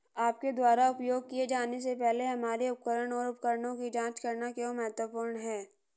आपके द्वारा उपयोग किए जाने से पहले हमारे उपकरण और उपकरणों की जांच करना क्यों महत्वपूर्ण है?